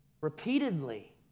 repeatedly